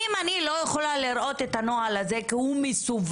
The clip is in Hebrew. אם אני לא יכולה לראות את הנוהל הזה כי הוא מסווג,